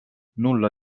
nulla